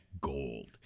gold